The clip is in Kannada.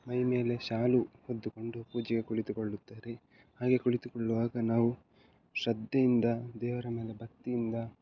ಮೈಮೇಲೆ ಶಾಲು ಹೊದ್ದುಕೊಂಡು ಪೂಜೆಗೆ ಕುಳಿತುಕೊಳ್ಳುತ್ತಾರೆ ಹಾಗೆ ಕುಳಿತುಕೊಳ್ಳುವಾಗ ನಾವು ಶ್ರದ್ದೆಯಿಂದ ದೇವರ ಮೇಲೆ ಭಕ್ತಿಯಿಂದ